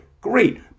Great